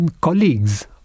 colleagues